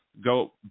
go